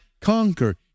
conquer